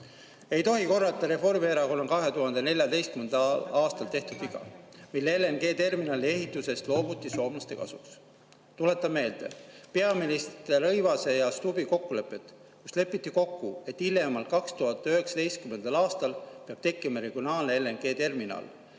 Ei tohi korrata Reformierakonna 2014. aastal tehtud viga, mil LNG-terminali ehitusest loobuti soomlaste kasuks. Tuletan meelde peaminister Rõivase ja Stubbi kokkulepet, kus lepiti kokku, et hiljemalt 2019. aastal peab tekkima regionaalne LNG-terminal,